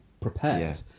prepared